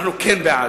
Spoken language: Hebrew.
אנחנו כן בעד.